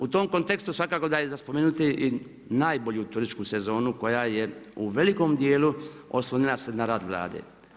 U tom kontekstu, svakako da je za spomenuti i najbolju turističku sezonu koja je u velikom djelu oslonila se na rad Vlade.